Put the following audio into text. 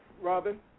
Robin